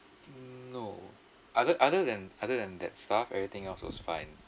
mm no other other than other than that staff everything else was fine